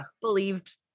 believed